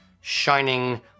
shining